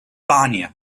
barnier